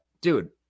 dude